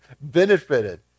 benefited